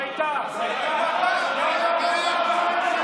אני הייתי חברת כנסת